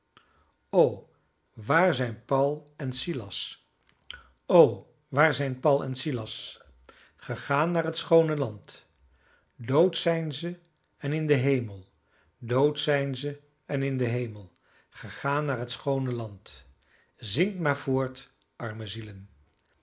o waar zijn paul en silas o waar zijn paul en silas gegaan naar t schoone land dood zijn ze en in den hemel dood zijn ze en in den hemel gegaan naar t schoone land zingt maar voort arme zielen